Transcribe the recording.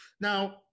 Now